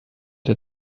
der